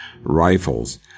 Rifles